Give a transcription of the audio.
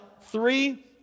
three